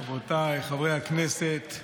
רבותיי חברי הכנסת,